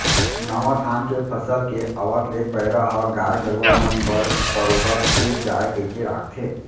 नावा धान के फसल के आवत ले पैरा ह गाय गरूवा मन बर बरोबर पुर जाय कइके राखथें